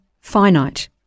finite